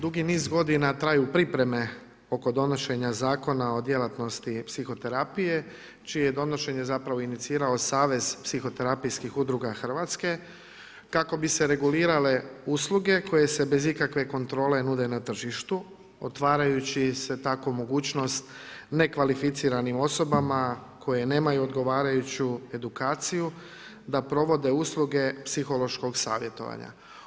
Dugi niz godina traju pripreme oko donošenja Zakona o djelatnosti psihoterapije čije je donošenje zapravo inicirao Savez psihoterapijskih udruga Hrvatske kako bi se regulirale usluge koje se bez ikakve kontrole nude na tržištu otvarajući se tako mogućnost nekvalificiranim osobama koje nemaju odgovarajuću edukaciju da provode usluge psihološkog savjetovanja.